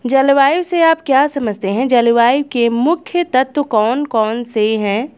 जलवायु से आप क्या समझते हैं जलवायु के मुख्य तत्व कौन कौन से हैं?